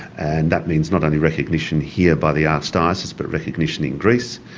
and that means not only recognition here by the archdiocese but recognition in greece.